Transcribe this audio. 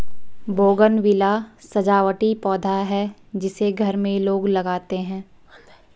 bougainvillea सजावटी पौधा है जिसे घर में लोग लगाते हैं